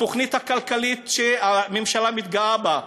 התוכנית הכלכלית שהממשלה מתגאה בה,